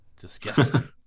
Disgusting